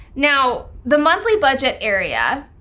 now, the monthly budget area,